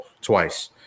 twice